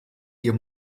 ihr